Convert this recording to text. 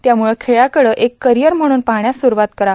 त्यामुळं खेळाकडं एक करिअर म्हणून पाहण्यास सुरूवात करा